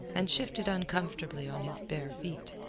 and shifted uncomfortably on his bare feet.